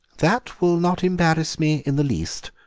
that will not embarrass me in the least,